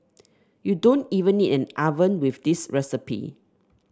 you don't even need an oven with this recipe